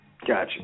Gotcha